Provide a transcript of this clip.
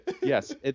Yes